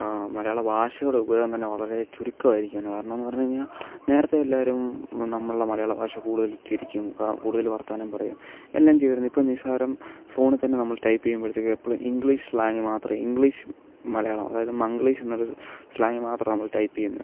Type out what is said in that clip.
മലയാള ഭാഷയുടെ ഉപയോഗം തന്നെ വളരെ ചുരുക്കമായിരിക്കും കാരണമെന്ന് പറഞ്ഞ് കഴിഞ്ഞാൽ നേരത്തെ എല്ലാവരും നമ്മളുടെ മലയാള ഭാഷ കൂടുതൽ ഉച്ഛരിക്കും കൂടുതൽ വർത്തമാനം പറയും എല്ലാം ചെയ്യുമായിരുന്നു ഇപ്പം നിസ്സാരം ഫോണിൽ തന്നെ നമ്മൾ ടൈപ്പ് ചെയ്യുമ്പോഴത്തേക്ക് എപ്പോഴും ഇംഗ്ലീഷ് സ്ലാങ് മാത്രമേ ഇംഗ്ലീഷ് മലയാളം അതായത് മംഗ്ലീഷെന്നൊരു സ്ലാങ് മാത്രം നമ്മൾ ടൈപ്പ് ചെയ്യുന്നത്